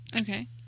Okay